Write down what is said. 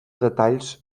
detalls